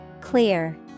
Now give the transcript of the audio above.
Clear